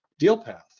DealPath